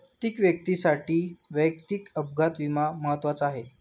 प्रत्येक व्यक्तीसाठी वैयक्तिक अपघात विमा महत्त्वाचा आहे